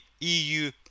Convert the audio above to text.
EU